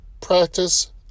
practice